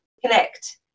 connect